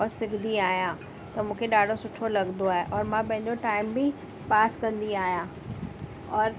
और सिखदी आहियां और मूंखे ॾाढो सुठो लॻंदो आहे और मां पंहिंजो टाइम बि पास कंदी आहियां और